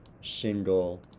single